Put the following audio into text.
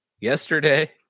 yesterday